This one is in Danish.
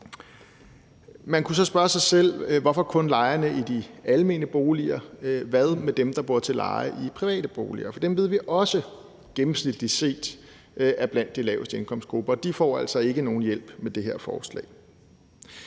Man kunne så spørge sig selv, hvorfor det kun er lejerne i de almene boliger. Hvad med dem, der bor til leje i private boliger? For dem ved vi også gennemsnitligt set er blandt de laveste indkomstgrupper, og de får altså ikke nogen hjælp med det her forslag.